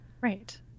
Right